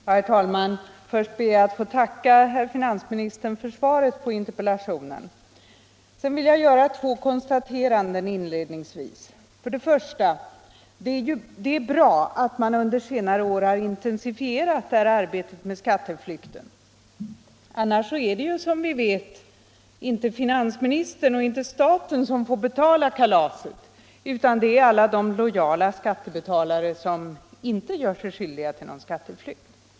Herr talman! Först ber jag att få tacka herr finansministern för svaret på interpellationen. Sedan vill jag inledningsvis göra två konstateranden. Det första konstaterandet är att det är bra att man under senare år har intensifierat arbetet för att komma till rätta med skatteflykten. Annars är det som vi vet inte finansministern och inte staten som får betala kalaset, utan det är alla de lojala skattebetalare som inte gör sig skyldiga till någon skatteflykt.